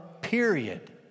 period